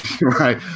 Right